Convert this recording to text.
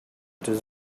does